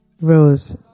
Rose